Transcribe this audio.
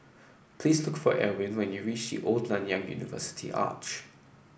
please look for Erwin when you reach Old Nanyang University Arch